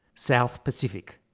south pacific,